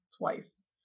twice